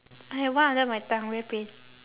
I got one under my tongue very pain